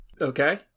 Okay